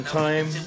time